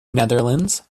netherlands